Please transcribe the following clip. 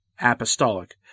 apostolic